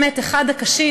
באמת אחד הקשים,